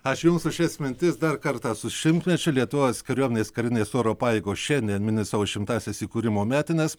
aš jums už šias mintis dar kartą su šimtmečiu lietuvos kariuomenės karinės oro pajėgos šiandien mini savo šimtąsias įkūrimo metines